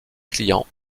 clients